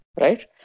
right